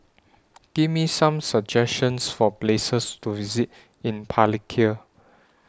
Give Me Some suggestions For Places to visit in Palikir